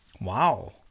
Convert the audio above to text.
Wow